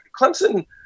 Clemson